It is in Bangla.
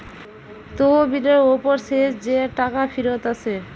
তহবিলের উপর শেষ যে টাকা ফিরত আসে